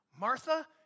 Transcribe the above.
Martha